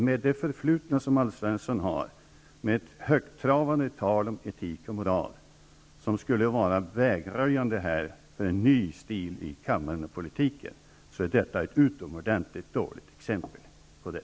Med det förflutna som Alf Svensson har, med ett högtravande tal om etik och moral, som skulle vara vägröjande för en ny stil i kammaren och politiken, tycker jag att detta är ett utomordentligt dåligt exempel på det.